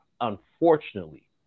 unfortunately